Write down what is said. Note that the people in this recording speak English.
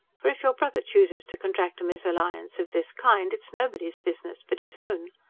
for if your brother chooses to contract a mesalliance of this kind, it's nobody's business but his own.